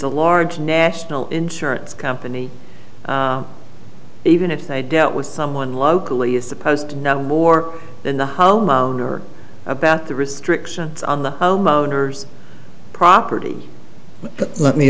a large national insurance company even if they dealt with someone locally is supposed to know more than the homeowner about the restrictions on the homeowners property but let me